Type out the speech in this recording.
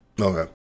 Okay